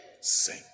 sing